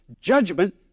judgment